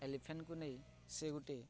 ଏଲିଫେଣ୍ଟକୁ ନେଇ ସେ ଗୋଟେ